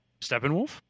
Steppenwolf